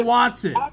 Watson